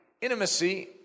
Intimacy